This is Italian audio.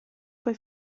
poi